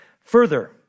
Further